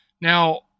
Now